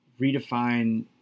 redefine